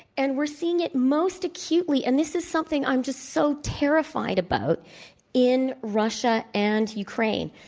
and we're seeing it most acutely and this is something i'm just so terrified about in russia and ukraine.